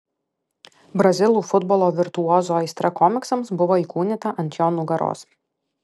brazilų futbolo virtuozo aistra komiksams buvo įkūnyta ant jo nugaros